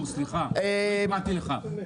לא הפרעתי לך.